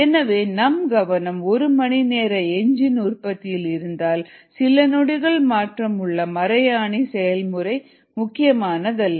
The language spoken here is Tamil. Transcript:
எனவே நம் கவனம் ஒரு மணி நேர இஞ்சின் உற்பத்தியில் இருந்தால் சில நொடிகள் மாற்றம் உள்ள மறையாணி செயல்முறை முக்கியமானதல்ல